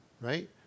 right